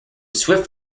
swift